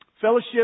Fellowship